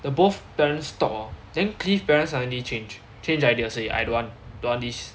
the both parents talk hor then cliff parents suddenly change idea say I don't want don't want this